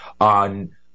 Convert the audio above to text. on